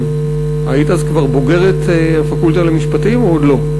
היית אז כבר בוגרת הפקולטה למשפטים, או עוד לא?